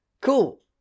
Cool